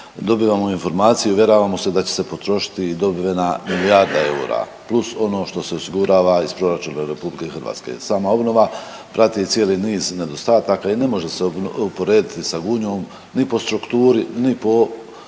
dobivamo informaciju, uvjeravamo se da će se potrošiti i dobivena milijarda eura plus ono što se osigurava iz proračuna RH. Sama obnova prati i cijeli niz nedostataka i ne može se uporediti sa Gunjom ni po strukturi ni po